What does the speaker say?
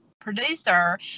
producer